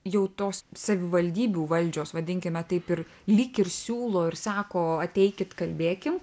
jau tos savivaldybių valdžios vadinkime taip ir lyg ir siūlo ir sako ateikit kalbėkim